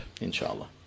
inshallah